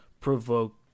provoke